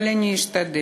אבל אני אשתדל,